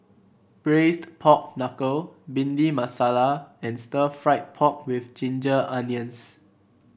Braised Pork Knuckle Bhindi Masala and Stir Fried Pork with Ginger Onions